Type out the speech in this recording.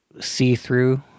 see-through